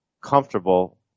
comfortable